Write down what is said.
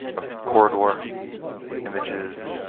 um corridor images,